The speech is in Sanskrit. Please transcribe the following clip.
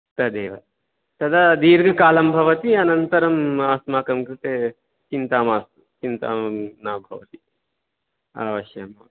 तदेव तदा दीर्घकालं भवति अनन्तरम् अस्माकं कृते चिन्ता मास्तु चिन्ता न भवति अवश्यं